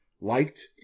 liked